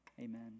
Amen